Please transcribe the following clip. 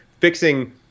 fixing